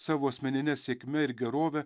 savo asmenine sėkme ir gerove